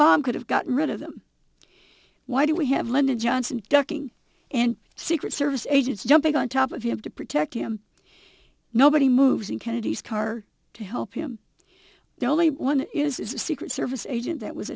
bomb could have got rid of them why do we have lyndon johnson ducking and secret service agents jumping on top of you have to protect him nobody moves in kennedy's car to help him there only one is a secret service agent that was